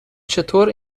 چطور